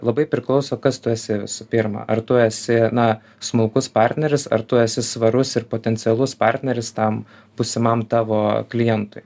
labai priklauso kas tu esi visų pirma ar tu esi na smulkus partneris ar tu esi svarus ir potencialus partneris tam būsimam tavo klientui